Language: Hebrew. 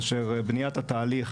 כשבניית התהליך,